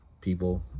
People